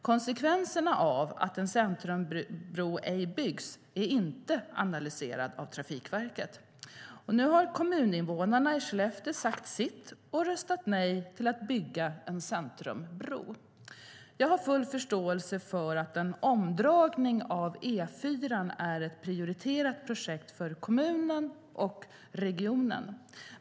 Konsekvenserna av att en centrumbro inte byggs är inte analyserad av Trafikverket. Nu har kommuninvånarna i Skellefteå sagt sitt och röstat nej till att bygga en centrumbro. Jag har full förståelse för att en omdragning av E4:an är ett prioriterat projekt för kommunen och regionen.